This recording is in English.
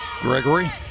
Gregory